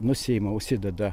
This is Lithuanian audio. nusiima užsideda